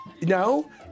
No